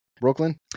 Brooklyn